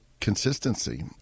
consistency